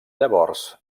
llavors